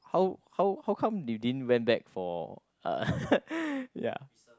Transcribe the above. how how how come you didn't went back for uh ya